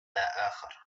آخر